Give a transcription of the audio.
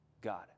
God